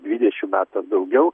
dvidešimt metų ar daugiau